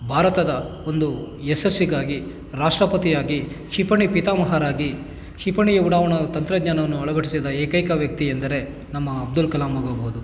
ಭಾರತದ ಒಂದು ಯಶಸ್ಸಿಗಾಗಿ ರಾಷ್ಟ್ರಪತಿಯಾಗಿ ಕ್ಷಿಪಣಿ ಪಿತಾಮಹರಾಗಿ ಕ್ಷಿಪಣಿ ಉಡಾವಣ ತಂತ್ರಜ್ಞಾನವನ್ನು ಅಳವಡಿಸಿದ ಏಕೈಕ ವ್ಯಕ್ತಿ ಎಂದರೆ ನಮ್ಮ ಅಬ್ಬುಲ್ ಕಲಾಮ್ ಆಗಬಹುದು